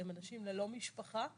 הם אנשים ללא משפחה,